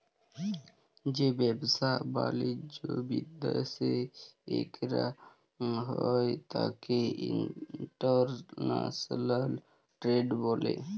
যে ব্যাবসা বালিজ্য বিদ্যাশে কইরা হ্যয় ত্যাকে ইন্টরন্যাশনাল টেরেড ব্যলে